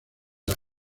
las